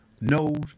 knows